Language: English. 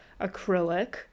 acrylic